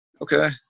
okay